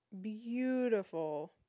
beautiful